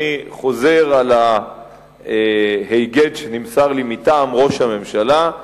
אני חוזר על ההיגד שנמסר לי מטעם ראש הממשלה: